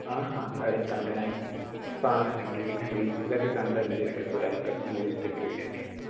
ആ ആ തരത്താല്ലേ ആ ആ നമ്മളിങ്ങനെ റീൽസിലൊക്കേ കണ്ടിട്ടുണ്ട് അച്ചിനകത്തൊരമ്പലം പൂരത്തിൻ്റെ വിഡിയോക്കേ